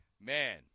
man